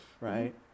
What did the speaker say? Right